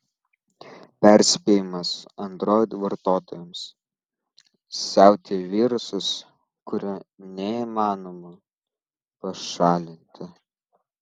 perspėjimas android vartotojams siautėja virusas kurio neįmanoma pašalinti